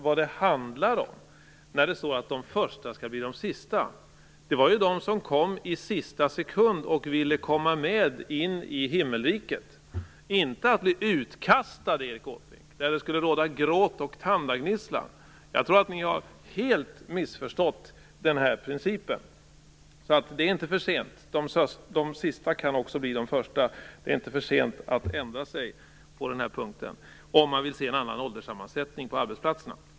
Vad det handlar om när det står att de första skall bli de sista är de människor som kom i sista sekunden och ville komma med in i himmelriket - inte att bli utkastade, Erik Åsbrink, där det skulle råda gråt och tandagnisslan. Jag tror att ni helt har missförstått den här principen. Men det är inte för sent. De sista kan också bli de första. Det är inte för sent att ändra sig på den här punkten, om man vill se en annan ålderssammansättning på arbetsplatserna.